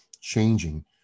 changing